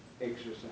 exercise